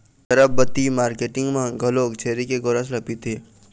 गरभबती marketing मन घलोक छेरी के गोरस ल पिथें